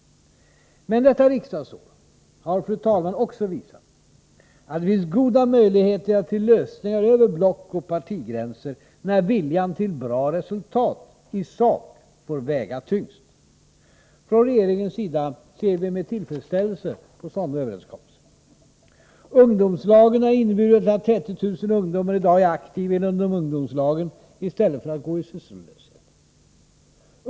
Men detta riksdagsår har, fru talman, också visat att det finns goda möjligheter till lösningar över blockoch partigränserna, när viljan till bra resultat i sak får väga tyngst. Från regeringens sida ser vi med tillfredsställelse på sådana överenskommelser. Ungdomslagen har inneburit att 30 000 ungdomar i dag är aktiva inom ungdomslagen i stället för att gå i sysslolöshet.